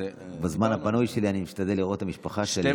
בזמן הפנוי שלי אני משתדל לראות את המשפחה שלי.